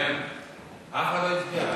אף אחד לא הצביע.